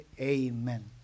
Amen